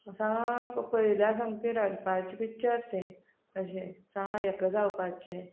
सामको पयल्यार सामकें रडपाचें पिक्चर तें अशें सा हेका जावपाचें